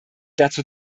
dazu